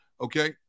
okay